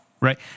Right